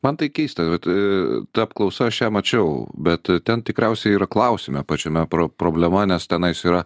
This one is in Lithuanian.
man tai keista vat a ta apklausa aš ją mačiau bet a ten tikriausiai yra klausime pačiame pro problema nes tenais yra